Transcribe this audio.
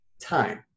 Time